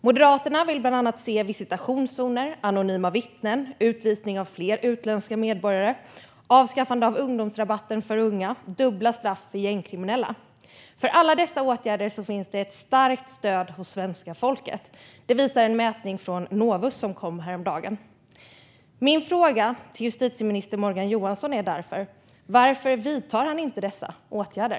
Moderaterna vill bland annat se visitationszoner, anonyma vittnen, utvisning av fler utländska medborgare, avskaffande av ungdomsrabatten för unga lagöverträdare och dubbla straff för gängkriminella. För alla dessa åtgärder finns ett starkt stöd hos svenska folket. Det visade en mätning från Novus häromdagen. Min fråga till justitieminister Morgan Johansson är därför: Varför vidtar ministern inte dessa åtgärder?